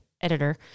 editor